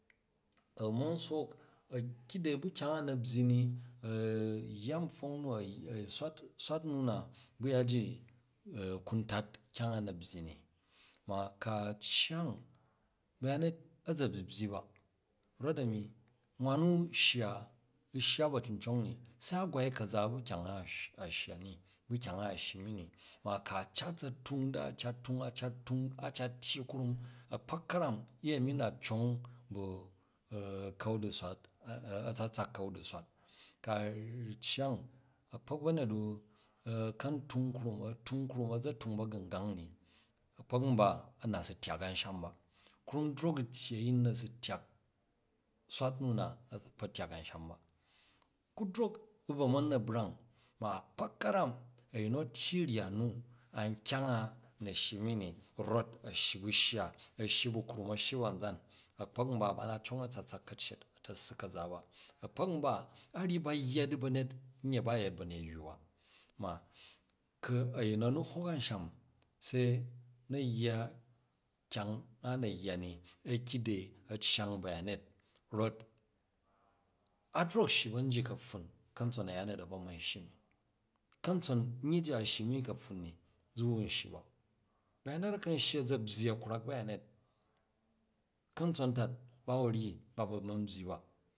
A̱ ma̱ sook a̱ kide bu kya̱ng a̱ na̱ byyi ni, yya npfong nu, a̱ swat, swat nu na bu ya ji ku n tat kyang a na̱ byyi ni. Ma ku̱ a cyang ba̱yanyen a̱ za̱ byi byyi ba, rot ami nwan nu shya, u̱ shya ba̱ cincong ni, a gwoi ka̱za bu kyang a shya ni, bu kyang a a shyi mi ni. Mu ka̱ a cat za̱ tung, di a cat tung, a cat tung, a cat tyyi krum, a̱ kpok ka̱rani u̱yemi bu. Ka̱u di wat, a̱tsatsak ka̱n di swat. Ku̱ a cyang akpok ta̱nyet u̱ a̱ ka̱n tung krum a̱ tung krum, a̱ za̱ tung ba̱gu̱ngang ni, a̱kpok mba a̱na si tyak ansham ba. Krum daok u̱ tyyi a̱yin, na̱ si tyak swat muna, a̱ si kpok tyak amsham ba ku drok u̱ bvu ma̱ na̱ brang ma a̱kpok karani a̱yin nu a tyyi rya nu, a kyang a shyi mi ni rot a̱ shyi bu shya, a̱ shyi bu kum, a̱ shyi bu a̱nzan, a̱kpok mba, ba na cong a̱tsatsak ka̱uyet a̱ta̱ssi ka̱za ba. A̱kpok ruba, a ryi ta yya di ba̱nyet, anye ba yet baneywu ba, ma ku̱ a̱yin mu a̱ni hok amsham, se na yya kyang a na yya ni a̱ kide a̱ aya̱ng ba̱ya̱nyet rot a drok u̱ shyi nji kaptun ka̱tson aya̱nyil a̱ bvo ma̱ shyi mi, kamtson nyyi ji a shyi mi kapfun ni zi wu n shyi ba. Bayanyet a̱ka̱ u shyi a̱za byyi a kwrak ba̱yanye ka̱ntsontat bawo ryi ba bvo ma̱ layyi ba.